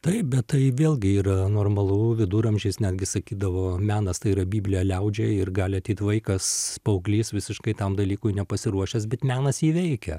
taip bet tai vėlgi yra normalu viduramžiais netgi sakydavo menas tai yra biblija liaudžiai ir gali ateit vaikas paauglys visiškai tam dalykui nepasiruošęs bet menas jį veikia